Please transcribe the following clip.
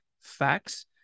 facts